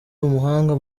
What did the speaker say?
umuhanga